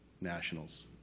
Nationals